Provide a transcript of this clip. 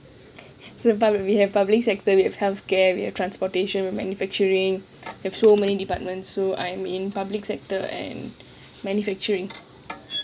so when we have public sector we have health care we have transportation we have manufacturing we have so many department so I am in public sector and manufacturing